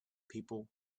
people